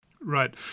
Right